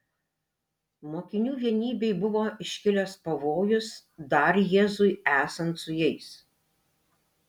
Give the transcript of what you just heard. mokinių vienybei buvo iškilęs pavojus dar jėzui esant su jais